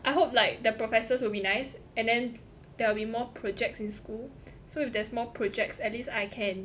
I hope like the professors will be nice and then there will be more projects in school so if there's more projects at least I can